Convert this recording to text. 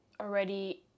already